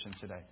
today